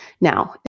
Now